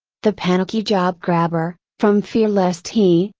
the panicky job grabber, from fear lest he,